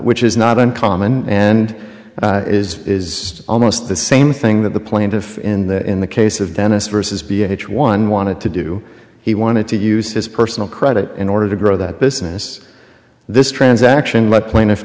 which is not uncommon and is is almost the same thing that the plaintiff in the in the case of dennis versus b h one wanted to do he wanted to use his personal credit in order to grow that business this transaction lead plaintiff